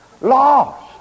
Lost